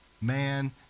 Man